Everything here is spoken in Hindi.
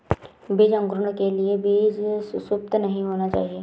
बीज अंकुरण के लिए बीज सुसप्त नहीं होना चाहिए